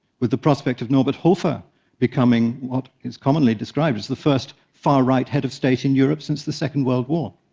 with the prospect of norbert hofer becoming what is commonly described as the first far-right head of state in europe since the second world war.